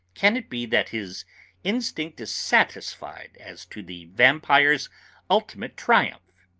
can it be that his instinct is satisfied as to the vampire's ultimate triumph?